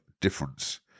difference